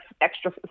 extra